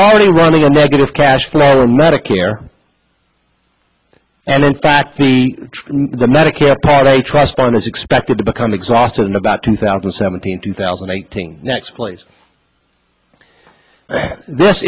already running a negative cash for medicare and in fact the medicare part a trust fund is expected to become exhausted in about two thousand and seventeen two thousand and eighteen next place this